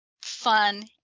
fun